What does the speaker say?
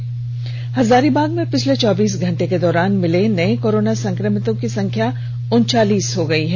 इसी के साथ ही हजारीबाग में पिछले चौबीस घंटे के दौरान मिले नए कोरोना संक्रमितों की संख्या उनचालीस हो गई है